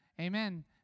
Amen